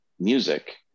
music